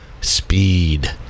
Speed